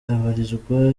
abarizwa